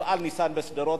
מפעל "ניסן" בשדרות,